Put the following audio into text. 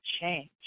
change